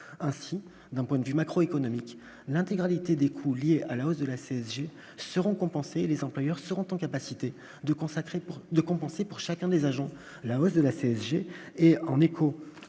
ainsi d'un point de vue macro-économique, l'intégralité des coûts liés à la hausse de la CSG seront compensés les employeurs seront en capacité de consacrer de compenser pour chacun des agents, la hausse de la CSG et en écho